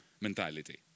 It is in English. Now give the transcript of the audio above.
mentality